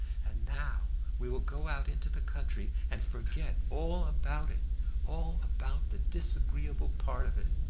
and now we will go out into the country and forget all about it all about the disagreeable part of it.